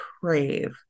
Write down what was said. crave